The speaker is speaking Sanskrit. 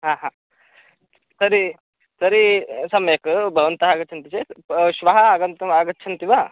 तर्हि तर्हि सम्यक् बवन्त आगच्छन्ति चेत् श्वः आगन्तुम् आगच्छन्ति वा